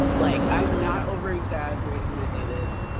like, i'm not over exaggerating when i say this,